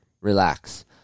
Relax